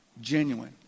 genuine